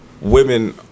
Women